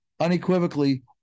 unequivocally